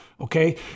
Okay